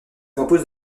compose